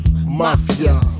Mafia